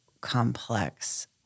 complex